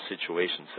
situations